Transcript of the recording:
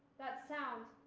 that sound